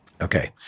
Okay